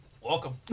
Welcome